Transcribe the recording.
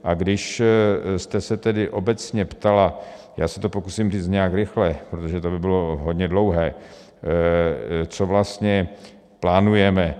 A když jste se tedy obecně ptala, já se to pokusím říct nějak rychle, protože to by bylo hodně dlouhé, co vlastně plánujeme.